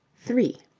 three